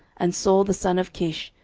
and saul the son of kish,